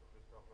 סאמר,